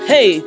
Hey